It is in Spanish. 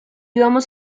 vamos